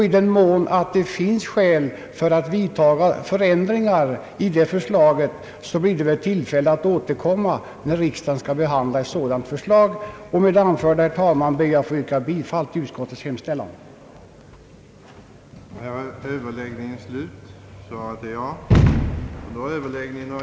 I den mån det kan finnas skäl för att vidtaga förändringar i det förslaget blir det väl tillfälle att återkomma härtill, när riksdagen skall behandla ärendet. Med det anförda, herr talman, ber jag att få yrka bifall till utskottets hemställan. För utrikes tjänsteresa får jag härmed anhålla om ledighet från riksdagsarbetet under tiden den 11—den 24 november 1967.